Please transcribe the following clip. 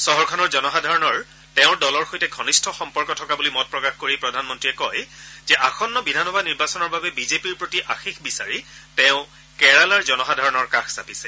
চহৰখনৰ জনসাধাৰণৰ তেওঁৰ দলৰ সৈতে ঘনিষ্ঠ সম্পৰ্ক থকা বুলি মত প্ৰকাশ কৰি প্ৰধানমন্ত্ৰীয়ে কয় যে আসন্ন বিধানসভা নিৰ্বাচনৰ বাবে বিজেপিৰ প্ৰতি আশিস বিচাৰি তেওঁ কেৰালাৰ জনসাধাৰণৰ কাষ চাপিছে